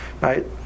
right